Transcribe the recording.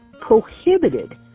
prohibited